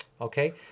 Okay